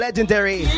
Legendary